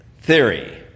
theory